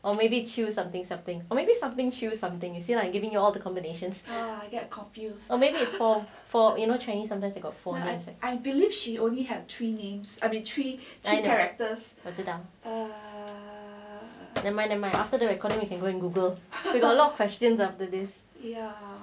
or maybe 秋 something something or maybe something 秋 something you see lah like giving you all the combinations or maybe it's for you know chinese sometimes you four lines right never mind never mind 我知道 after this recording we can go and google we got a lot of questions after this ya